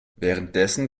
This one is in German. währenddessen